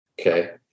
Okay